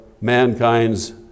mankind's